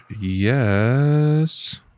Yes